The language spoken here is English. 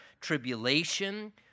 tribulation